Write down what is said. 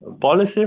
policy